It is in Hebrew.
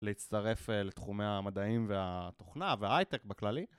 להצטרף לתחומי המדעים והתוכנה וההייטק בכללי.